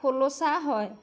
খোলোচা হয়